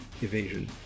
evasion